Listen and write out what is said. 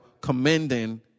commending